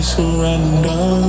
surrender